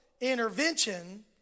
intervention